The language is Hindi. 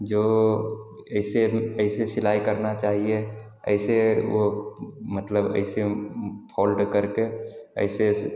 जो ऐसे ऐसे सिलाई करना चाहिए ऐसे वह मतलब ऐसे फोल्ड करके ऐसे ऐसे